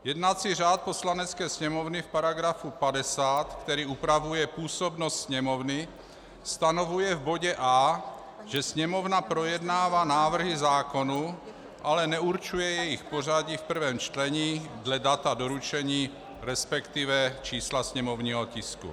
Jednací řád Poslanecké sněmovny v § 50, který upravuje působnost Sněmovny, stanovuje v bodě a) že Sněmovna projednává návrhy zákonů, ale neurčuje jejich pořadí v prvém čtení dle data doručení, respektive čísla sněmovního tisku.